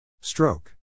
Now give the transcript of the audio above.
Stroke